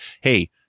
hey